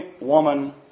woman